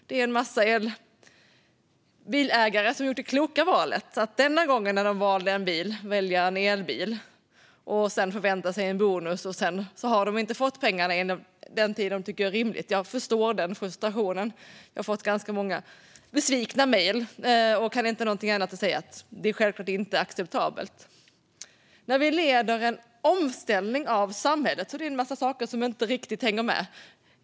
Det är en massa bilägare som har gjort det kloka valet när de köpt en bil att välja en elbil. De har sedan förväntat sig en bonus men har inte fått pengarna inom en tid som de tycker är rimlig. Jag förstår den frustrationen. Jag har fått ganska många besvikna mejl och kan inte säga något annat än att det självklart inte är acceptabelt. När vi leder en omställning av samhället är det en massa saker som inte riktigt hänger med.